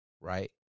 right